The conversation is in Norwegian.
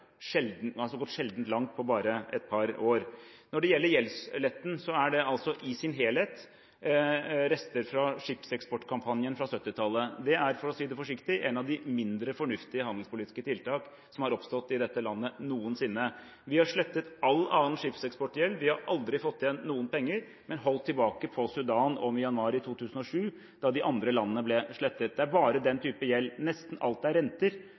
det i sin helhet rester fra skipseksportkampanjen på 1970-tallet. Det er, for å si det forsiktig, et av de mindre fornuftige handelspolitiske tiltak som har oppstått i dette landet noensinne. Vi har slettet all annen skipseksportgjeld – vi har aldri fått igjen noen penger – men holdt tilbake på Sudan og Myanmar i 2007, da de andre landene ble slettet. Det er bare den type gjeld. Nesten alt er renter,